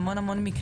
שצולמו,